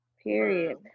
Period